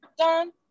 Done